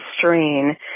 strain